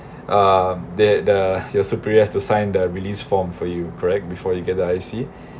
uh that uh your superiors to sign the release form for you correct before you get the I_C